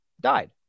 died